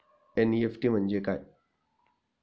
NEFT म्हणजे काय?